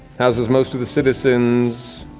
houses most of the citizens.